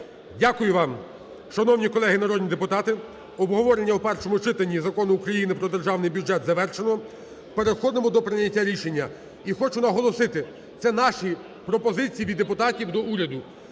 Дякую вам. Шановні колеги народні депутати, обговорення у першому читанні Закону України про Державний бюджет завершено. Переходимо до прийняття рішення. І хочу наголосити, це наші пропозиції від депутатів до уряду.